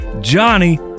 Johnny